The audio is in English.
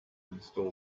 install